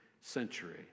century